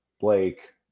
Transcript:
Blake